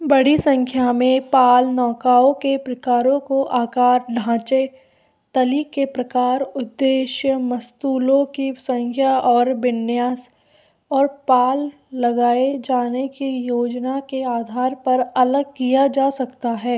बड़ी संख्या में पाल नौकाओं के प्रकारों को आकार ढाँचे तली के प्रकार उद्देश्य मस्तूलों की संख्या और विन्यास और पाल लगाए जाने की योजना के आधार पर अलग किया जा सकता है